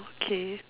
okay